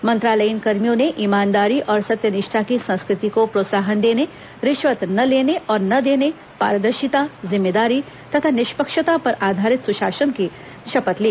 मंत्रालयीन कर्मियों ने ईमानदारी और सत्यनिष्ठा की संस्कृति को प्रोत्साहन देने रिश्वत न लेने और न देने पारदर्शिता जिम्मेदारी तथा निष्पक्षता पर आधारित सुशासन की शपथ ली